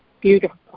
Beautiful